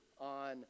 on